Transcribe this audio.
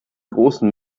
großen